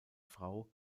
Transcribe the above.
frau